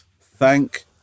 Thank